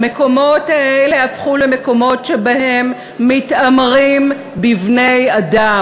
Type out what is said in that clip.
המקומות האלה הפכו למקומות שבהם מתעמרים בבני-אדם.